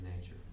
nature